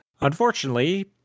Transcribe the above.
Unfortunately